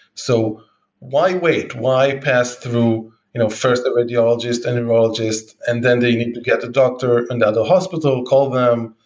so why wait? why pass through you know first the radiologist, and a neurologist and then they need to get a doctor and at the hospital call them,